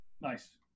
Nice